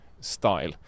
style